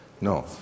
No